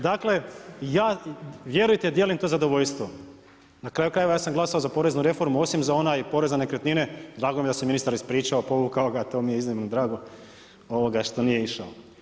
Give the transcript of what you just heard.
Dakle ja vjerujte dijelim to zadovoljstvo, na kraju krajeva ja sam glasao za poreznu reformu osim za onaj porez na nekretnine, drago mi je da ministar ispričao, povukao ga to mi je iznimno drago što nije išao.